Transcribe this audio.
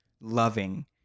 loving